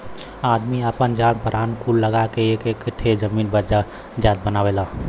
आदमी आपन जान परान कुल लगा क एक एक ठे जमीन जायजात बनावेला